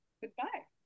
goodbye